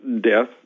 death